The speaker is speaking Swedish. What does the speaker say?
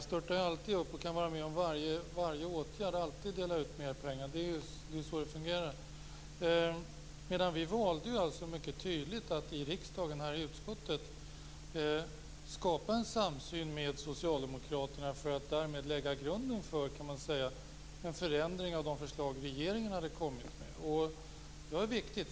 De störtar alltid upp och kan vara med om varje åtgärd. De delar alltid ut mer pengar. Det är så det fungerar. Vi valde mycket tydligt i utskottet här i riksdagen att skapa en samsyn med socialdemokraterna för att därmed lägga grunden för en förändring av de förslag regeringen hade kommit med. Det var viktigt.